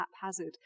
haphazard